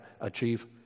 achieve